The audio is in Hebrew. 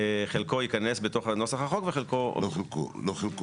חלקו יכנס בתוך הנוסח החוק וחלקו -- לא חלקו,